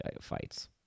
fights